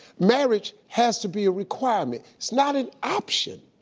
marriage has to be a requirement. it's not an option.